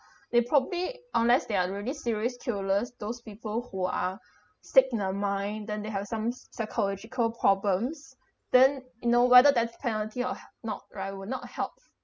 they probably unless they are really serious killers those people who are sick in their mind then they have some s~ psychological problems then you know whether death penalty or h~ not right will not help